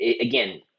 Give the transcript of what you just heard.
again